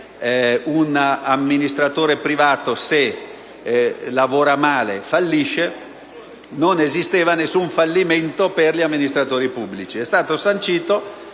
un amministratore privato se lavora male fallisce, mentre il fallimento per gli amministratori pubblici